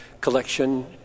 collection